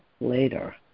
later